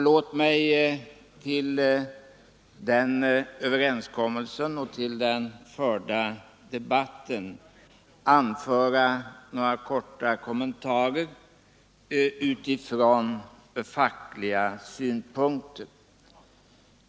Låt mig till den överenskommelsen och till den förda debatten få göra några korta kommentarer utifrån fackliga synpunkter.